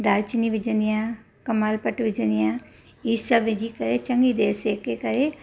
दालचीनी विझंदी आहियां कमाल पटु विझंदी आहियां इहे सभु विझी करे ऐं चङी देरि सेके करे